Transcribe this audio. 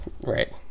Right